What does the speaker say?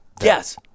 yes